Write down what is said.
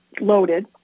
loaded